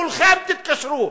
כולכם תתקשרו.